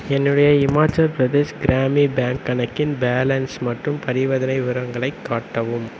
என்னுடைய ஹிமாச்சல் பிரதேஷ் க்ராமி பேங்க் கணக்கின் பேலன்ஸ் மற்றும் பரிவர்த்தனை விவரங்களைக் காட்டவும்